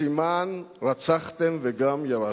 בסימן רצחתם וגם ירשתם.